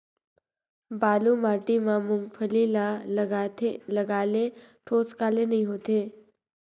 बालू माटी मा मुंगफली ला लगाले ठोस काले नइ होथे?